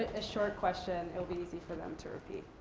a short question, it will be easy for them to repeat.